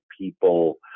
people